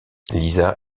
lisa